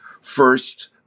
first